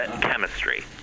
chemistry